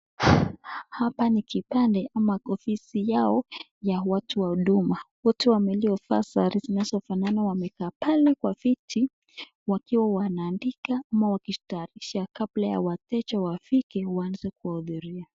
Hapa ni kipande ama ofisi yao ya watu wa huduma. Wote wameenda kuvaa sare zinazofanana wamekaa pale kwa viti wakiwa wanaandika ama wakistaafisha kabla ya wateja wafike waanze kuwahudhuria.